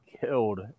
killed